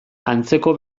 antzeko